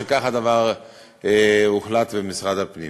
שכך הדבר הוחלט במשרד הפנים.